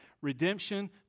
Redemption